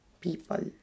people